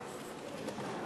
אחריו,